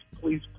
please